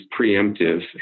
preemptive